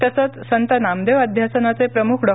तसंच संत नामदेव अध्यासनाचे प्रमुख डॉ